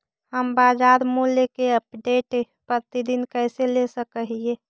हम बाजार मूल्य के अपडेट, प्रतिदिन कैसे ले सक हिय?